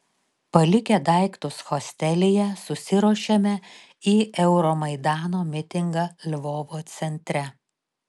palikę daiktus hostelyje susiruošėme į euromaidano mitingą lvovo centre